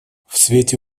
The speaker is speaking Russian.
свете